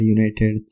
United